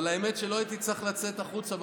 אבל האמת שלא הייתי צריך לצאת החוצה.